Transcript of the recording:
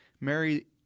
Mary